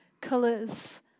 colors